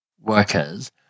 workers